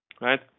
right